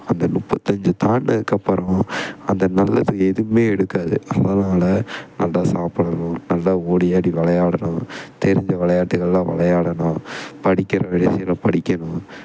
அந்த முப்பது அஞ்சு தாண்டுனதுக்கு அப்பறம் அந்த நல்லது எதுமே எடுக்காது அதனாலே நல்லா சாப்பிடணும் நல்லா ஓடியாடி விளையாடணும் தெரிஞ்ச விளையாட்டுகளெலாம் விளையாடணும் படிக்கிற வயசில் படிக்கணும்